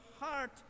heart